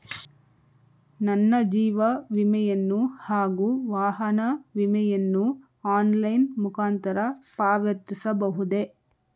ನನ್ನ ಜೀವ ವಿಮೆಯನ್ನು ಹಾಗೂ ವಾಹನ ವಿಮೆಯನ್ನು ಆನ್ಲೈನ್ ಮುಖಾಂತರ ಪಾವತಿಸಬಹುದೇ?